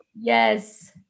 Yes